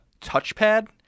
touchpad